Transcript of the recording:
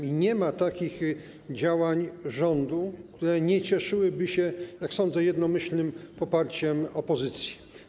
I nie ma takich działań rządu, które nie cieszyłyby się, jak sądzę, jednomyślnym poparciem opozycji.